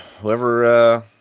whoever